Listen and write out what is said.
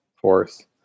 force